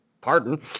Pardon